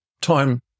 time